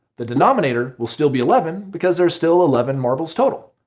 the denominator will still be eleven because there are still eleven marbles total.